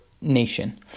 nation